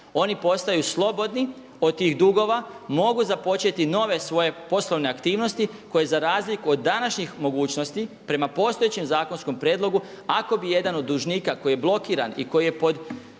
Oni postaju slobodni od tih dugova, mogu započeti nove svoje poslovne aktivnosti koje za razliku od današnjih mogućnosti prema postojećem zakonskom prijedlogu ako bi jedan od dužnika koji je blokiran i koji je pod